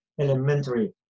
elementary